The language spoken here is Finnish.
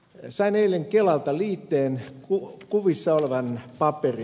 sain eilen kelalta liitteen kuvissa olevan paperin